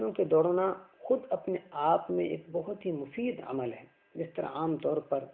کیوںکہ دوڑنا خود اپنے آپ میں ایک بہت ہی مفید عمل ہے جس طرح عام طور پر